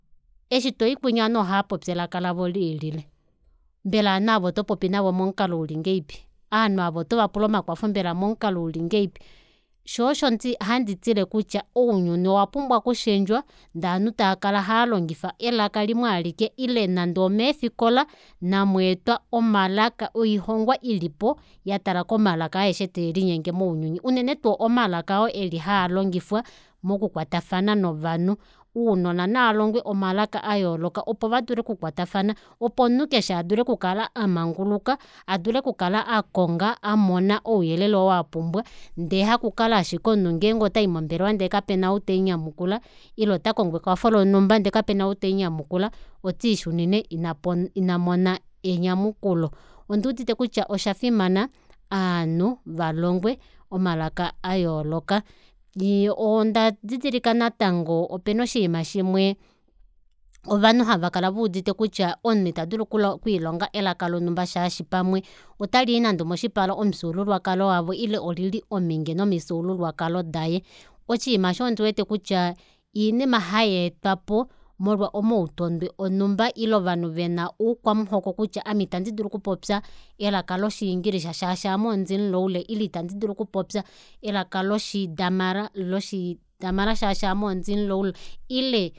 Eshitoyi kunya ovanhu ohaapopi elaka lavo lilile mbela ovanhu aava otopopi navo momukalo ulingahalipi ovanhu aava otovapula omakwafo mbela momukalo ulingahelipi shoo osho handi tile kutya ounyuni owapumbwa okushendjwa ndee ovanhu tavakala haalongifa elaka limwaalike ile nande omeefikola namweetwe omalaka oilongwa ilipo yatala komalaka aeshe taelinyenge mounyuni unene unene tuu omalaka oo eli haalongifwa moku kwatafana novanhu ounona navalongwe omalaka ayooloka opo vadule okukwatafana opo omunhu keshe adule okukala amanguluka adule okukala akonga amona ouyelele oo apumbwa ndee hakukala ashike omunhu ngenge otayi mombelewa ndee kapena oo temunyamukula ile otakongo ekwafo lonhumba ndee kapena ou temunyamukula otiishunine inamona enyamukulo onduudite kutya oshafimana ovanhu valongwe omalaka ayooka ondadidilika natango opena oshiniam shimwe omunhu eudite kutya itadulu okwiilonga elaka lonumba shaashi pamwe otalii nande omoshipala omufyuululwakalo wavo ile olili ominge nomifyuululwakalo daye oshiima eshi ondiwete kutya iinima hayeetwapo molwo omautondwe onumba ile ovanhu vena uukwamuhoko kutya ame itandidulu okupopya elaka loshiingilisa shaashi ame ondimulaule ile itandidulu okupopya elaka loshi damara shaashi ame ondimulaule ile